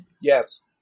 Yes